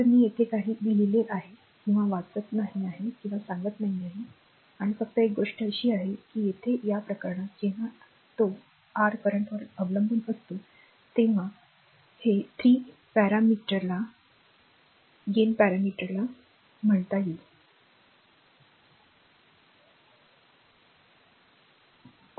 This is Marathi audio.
तर मी येथे सर्व काही लिहिले आहे किंवा वाचत नाही आहे किंवा सांगत नाही आहे आणि फक्त एक गोष्ट अशी आहे की येथे या प्रकरणात जेव्हा जेव्हा तो r currentवर अवलंबून असतो तेव्हा हे 3 पॅरामीटर ला gain parameter घटक म्हणतात